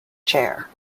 chair